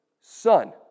son